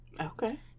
Okay